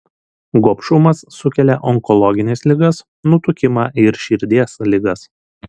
gobšumas sukelia onkologines ligas nutukimą ir širdies ligas